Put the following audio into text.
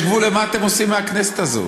יש גבול למה שאתם עושים מהכנסת הזאת.